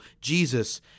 Jesus